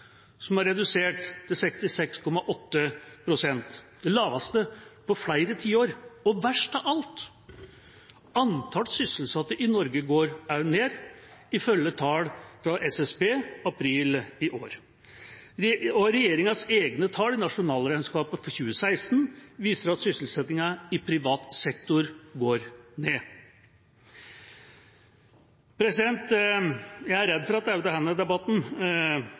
redusert til 66,8 pst., det laveste på flere tiår. Og verst av alt: Antall sysselsatte i Norge går også ned ifølge tall fra SSB i april i år. Og regjeringas egne tall, nasjonalregnskapet for 2016, viser at sysselsettingen i privat sektor går ned. Jeg er redd for at også denne debatten